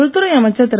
உள்துறை அமைச்சர் திரு